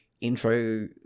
intro